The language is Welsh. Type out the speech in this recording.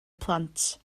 plant